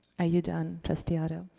are you done, trustee otto?